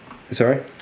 Sorry